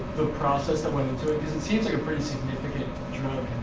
the process that went into, it because it seems like a pretty significant